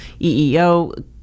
EEO